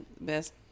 best